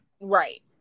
Right